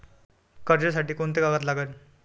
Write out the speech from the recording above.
कर्जसाठी कोंते कागद लागन?